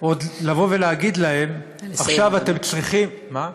עוד לבוא ולהגיד להם: עכשיו אתם צריכים, נא לסיים.